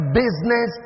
business